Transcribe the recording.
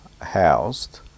housed